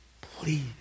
please